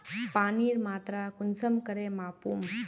पानीर मात्रा कुंसम करे मापुम?